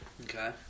Okay